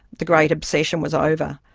the great obsession was over.